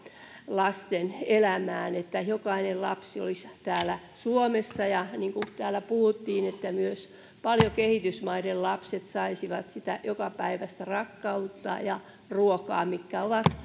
lasten elämään että jokainen lapsi täällä suomessa ja niin kuin täällä puhuttiin myös paljon kehitysmaiden lapset saisivat sitä jokapäiväistä rakkautta ja ruokaa mitkä ovat